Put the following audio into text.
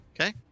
Okay